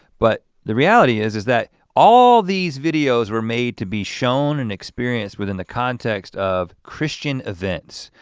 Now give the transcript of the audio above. but the reality is, is that all these videos were made to be shown and experienced within the context of christian events,